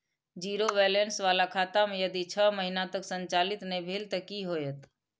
Zero balance बाला खाता में यदि छः महीना तक संचालित नहीं भेल ते कि होयत?